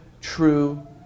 true